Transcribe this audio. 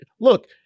look